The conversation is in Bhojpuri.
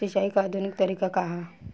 सिंचाई क आधुनिक तरीका का ह?